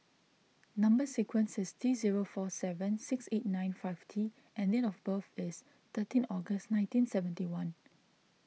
Number Sequence is T zero four seven six eight nine five T and date of birth is thirteen August nineteen seventy one